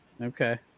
okay